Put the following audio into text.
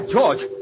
George